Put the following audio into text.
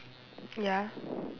ya